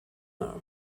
her